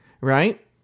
right